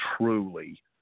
truly